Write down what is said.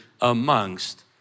amongst